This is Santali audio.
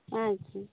ᱟᱪᱪᱷᱟ